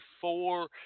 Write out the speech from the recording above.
four